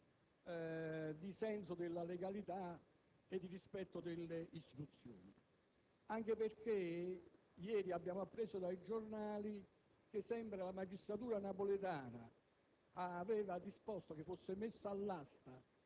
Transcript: nelle persone dotate di un minimo senso della legalità e di rispetto delle istituzioni. Ieri abbiamo appreso dai giornali che la magistratura napoletana